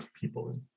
people